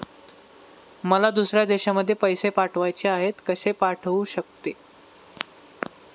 मला दुसऱ्या देशामध्ये पैसे पाठवायचे आहेत कसे पाठवू शकते?